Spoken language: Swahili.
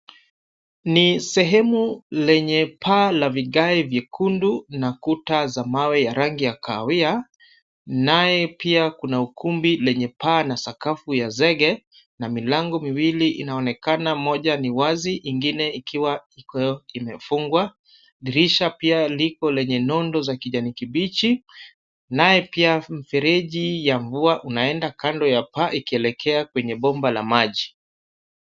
Ni sehemu lenye paa la vigae vyekundu na kuta za mawe ya rangi ya kahawia. Naye pia kuna ukumbi lenye paa na sakafu ya zege na milango miwili inaonekana moja ni wazi ingine ikiwa iko imefungwa. Dirisha pia liko lenye nondo za kijani kibichi. Naye pia mfereji ya mvua unaenda kando ya paa ikielekea kwenye bomba la maji.